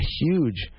huge